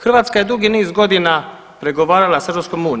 Hrvatska je dugi niz godina pregovarala sa EU.